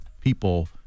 people